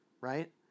right